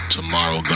Tomorrow